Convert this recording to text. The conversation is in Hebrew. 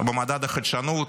במדד החדשנות,